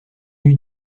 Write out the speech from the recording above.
eût